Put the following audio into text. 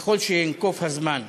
ככל שינקוף הזמן,